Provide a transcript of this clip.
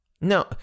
No